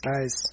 guys